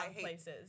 places